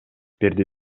берди